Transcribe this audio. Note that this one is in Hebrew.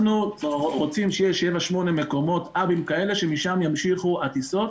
אנחנו רוצים שיהיו 8-7 מקומות כאלה שלשלם ימשיכו הטיסות